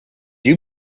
you